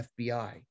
FBI